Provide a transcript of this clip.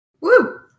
Woo